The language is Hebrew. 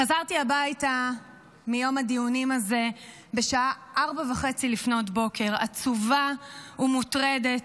חזרתי הביתה מיום הדיונים הזה בשעה 04:30 עצובה ומוטרדת,